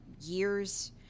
years